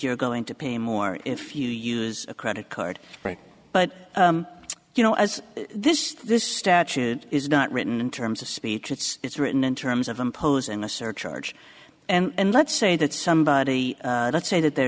you're going to pay more if you use a credit card but you know as this this statute is not written in terms of speech it's written in terms of imposing a surcharge and let's say that somebody let's say that there